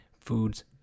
foods